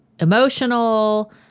Emotional